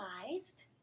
realized